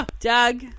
Doug